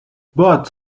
but